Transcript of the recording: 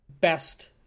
best